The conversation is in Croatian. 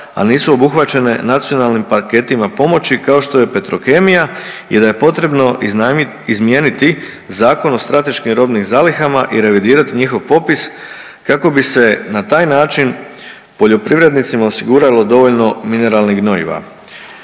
al nisu obuhvaćene nacionalnim paketima pomoći kao što je Petrokemija i da je potrebno izmijeniti Zakon o strateškim robnim zalihama i revidirat njihov popis kako bi se na taj način poljoprivrednicima osiguralo dovoljno mineralnih gnojiva.